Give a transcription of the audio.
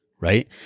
right